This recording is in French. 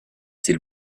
s’il